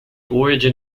origin